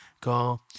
Go